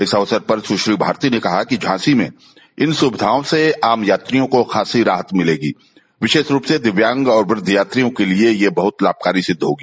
इस अवसर पर सुश्री भारती ने कहा कि झांसी में इन सुविधाओं से आम यात्रियों को खासी राहत मिलेगी विशेष रूप से दिव्यांग और वृद्व यात्रियों के लिये ये बहुत लाभकारी सिद्ध होगी